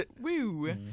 Woo